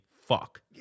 fuck